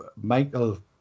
Michael